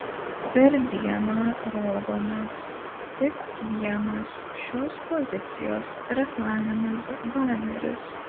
per dieną rodomas tik vienas šios pozicijos reklaminis baneris